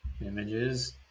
Images